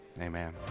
Amen